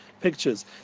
pictures